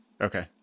Okay